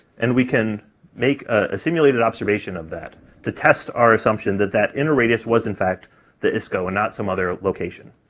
and we can make a simulated observation of that to test our assumption that that inner radius was in fact the isco and not some other location.